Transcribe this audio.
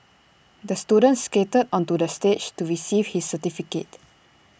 the student skated onto the stage to receive his certificate